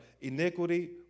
iniquity